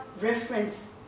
reference